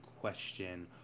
question